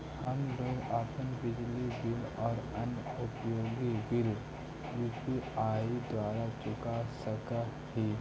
हम लोग अपन बिजली बिल और अन्य उपयोगि बिल यू.पी.आई द्वारा चुका सक ही